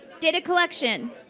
data collection.